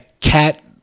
cat